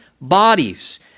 bodies